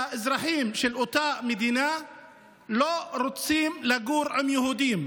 שהאזרחים של אותה מדינה לא רוצים לגור עם יהודים.